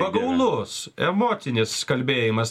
pagaulus emocinis kalbėjimas